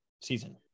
season